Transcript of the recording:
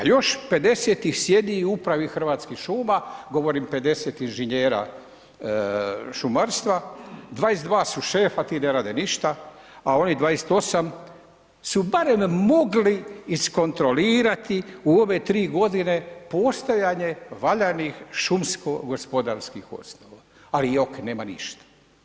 A još 50 ih sjedi u upravi Hrvatskih šuma, govorim 50 inženjera šumarstva, 22 su šefa, ti ne rade ništa a onih 28 su barem mogli iskontrolirati u ove tri godine postojanje valjanih šumsko gospodarskih osnova, ali jok, nema ništa.